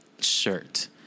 shirt